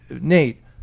Nate